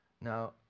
Now